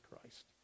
Christ